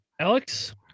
Alex